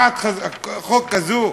ולכן אנחנו כמובן מתנגדים להצעת החוק הזאת.